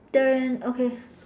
then okay